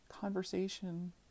conversation